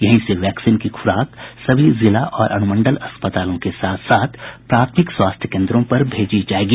यही से वैक्सीन की खुराक सभी जिला और अनुमंडल अस्पतालों के साथ साथ प्राथमिक स्वास्थ्य केन्द्रों पर भेजी जायेगी